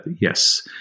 yes